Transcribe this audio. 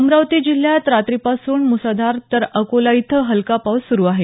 अमरावती जिल्ह्यात रात्रीपासून मुसळधार तर अकोला इथं हलका पाऊस सुरु आहे